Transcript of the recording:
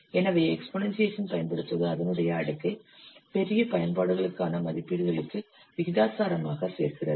எனவே எக்ஸ்பொனன்சியேசன் பயன்படுத்துவது அதனுடைய அடுக்கை பெரிய பயன்பாடுகளுக்கான மதிப்பீடுகளுக்கு விகிதாசாரமாக சேர்க்கிறது